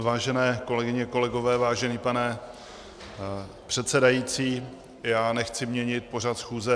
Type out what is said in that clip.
Vážené kolegyně, kolegové, vážený pane předsedající, já nechci měnit pořad schůze.